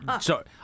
Sorry